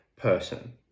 person